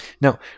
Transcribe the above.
Now